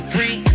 Free